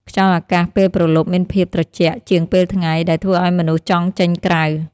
ខ្យល់អាកាសពេលព្រលប់មានភាពត្រជាក់ជាងពេលថ្ងៃ ដែលធ្វើឱ្យមនុស្សចង់ចេញក្រៅ។